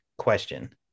question